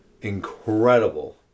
incredible